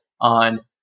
on